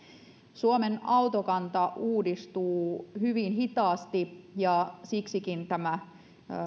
suomen autokanta uudistuu hyvin hitaasti ja siksikin tämä